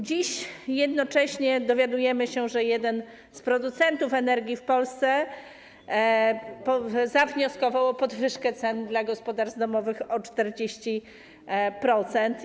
Dziś dowiadujemy się, że jeden z producentów energii w Polsce zawnioskował o podwyżkę cen dla gospodarstw domowych o 40%.